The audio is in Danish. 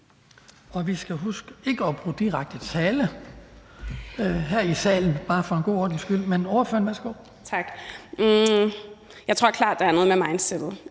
Jeg tror klart, der er noget med mindsettet.